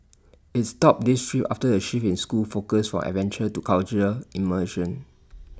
IT stopped these trips after A shift in school's focus from adventure to cultural immersion